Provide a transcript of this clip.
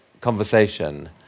conversation